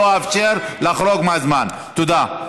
לא אאפשר לחרוג מזמן, תודה.